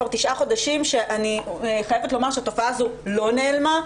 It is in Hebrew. כבר תשעה חודשים אני חייבת לומר שהתופעה הזו לא נעלמה,